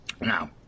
Now